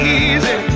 easy